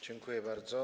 Dziękuję bardzo.